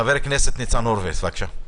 חבר הכנסת ניצן הורוביץ, בבקשה.